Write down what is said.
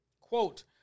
Quote